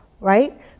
right